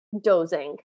dozing